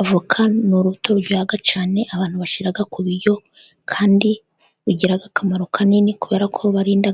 Avoka ni urubuto ruryoha cyane abantu bashira ku biryo, kandi rugira akamaro kanini kubera ko rubarinda